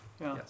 Yes